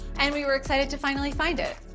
and we were excited to finally find it.